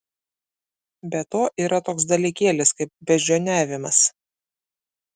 be to yra toks dalykėlis kaip beždžioniavimas